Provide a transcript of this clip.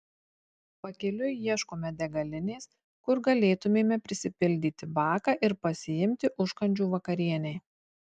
pakeliui ieškome degalinės kur galėtumėme prisipildyti baką ir pasiimti užkandžių vakarienei